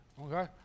Okay